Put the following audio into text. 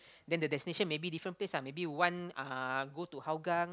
then the destination maybe different place lah maybe one uh go to Hougang